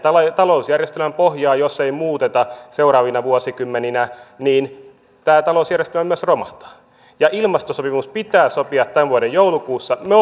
talousjärjestelmän pohjaa jos ei muuteta seuraavina vuosikymmeninä niin tämä talousjärjestelmä myös romahtaa ja ilmastosopimus pitää sopia tämän vuoden joulukuussa me